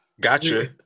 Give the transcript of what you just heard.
Gotcha